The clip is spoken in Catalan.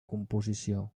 composició